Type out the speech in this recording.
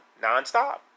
nonstop